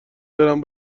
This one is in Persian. برم